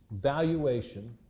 valuation